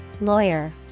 lawyer